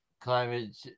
Climate